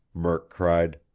murk cried.